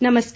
नमस्कार